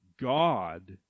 God